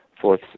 fourth